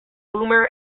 boomer